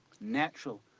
natural